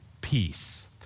peace